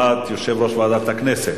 הצעת ועדת הכנסת